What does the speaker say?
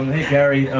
gary,